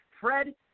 Fred